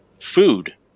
food